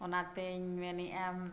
ᱚᱱᱟᱛᱮᱧ ᱢᱮᱱᱮᱜᱼᱟ